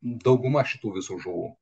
dauguma šitų visų žuvų